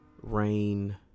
rain